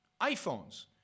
iPhones